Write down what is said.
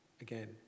again